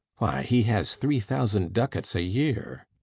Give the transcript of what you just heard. why, he has three thousand ducats a year.